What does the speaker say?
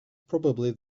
probably